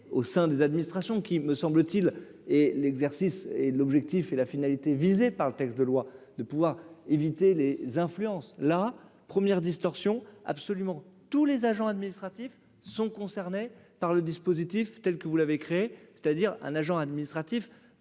au sein des administrations qui me semble-t-il et l'exercice et l'objectif et la finalité visée par le texte de loi de pouvoir éviter les influences la première distorsion absolument tous les agents administratifs sont concernés par le dispositif, telle que vous l'avez créé, c'est-à-dire un agent administratif,